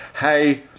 hey